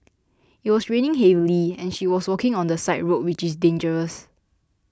it was raining heavily and she was walking on the side road which is dangerous